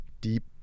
deep